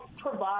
provide